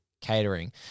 catering